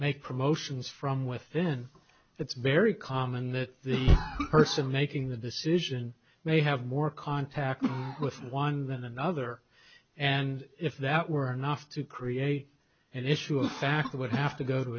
make promotions from within it's very common that the person making the decision may have more contact with one than another and if that were enough to create an issue a factor would have to go to